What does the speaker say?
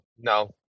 no